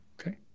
Okay